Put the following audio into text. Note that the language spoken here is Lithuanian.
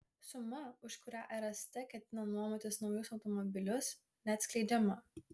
suma už kurią rst ketina nuomotis naujus automobilius neatskleidžiama